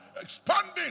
expanding